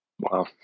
Wow